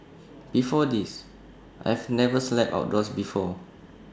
before this I've never slept outdoors before